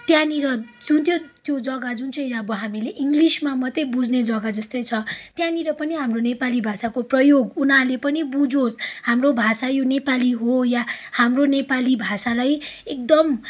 त्यहाँनिर जुन त्यो त्यो जग्गा जुन चाहिँ अब हामीले इङ्गलिसमा मात्रै बुझ्ने जग्गा जस्तै छ त्यहाँनिर पनि हाम्रो नेपाली भाषाको प्रयोग उनीहरूले पनि बुझोस् हाम्रो भाषा यो नेपाली हो या हाम्रो नेपाली भाषालाई एकदम